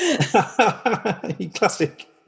Classic